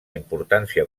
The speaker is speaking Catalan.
importància